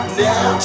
now